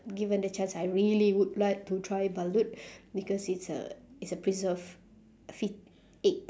given the chance I really would like to try balut because it's a it's a preserved foet~ egg